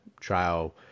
trial